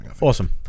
Awesome